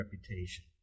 reputation